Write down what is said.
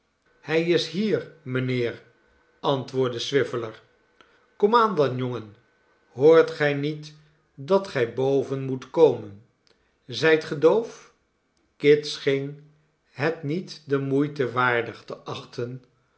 hij is hier mijnheer antwoordde swiveller komaan dan jongen hoort gij niet dat gij boven moet komen zyt ge doof kit scheen het niet der moeite waardig te achten